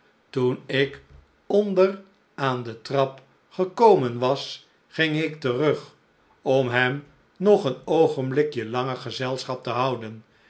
toen ik onder aan de trap gekomen was ging ik terug om hem nog een slechte tijden oogenblikje langer gezelschap te houden